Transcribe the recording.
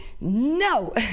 No